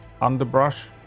underbrush